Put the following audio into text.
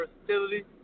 versatility